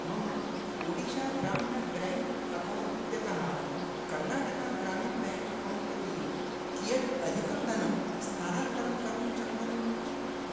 मम ओडिषा ग्राम्य bank account इत्यतः कर्नाटका ग्रामिन् बेङ्क् अकौण्ट् प्रति कियत् अधिकं धनं स्थानान्तरं कर्तुं शक्नोमि